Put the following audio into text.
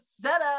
setup